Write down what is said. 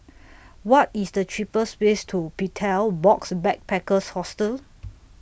What IS The cheapest ways to Betel Box Backpackers Hostel